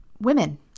women